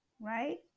right